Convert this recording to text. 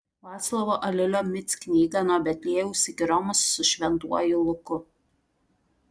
vaclovo aliulio mic knygą nuo betliejaus iki romos su šventuoju luku